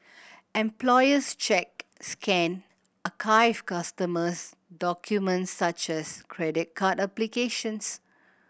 employees check scan archive customers documents such as credit card applications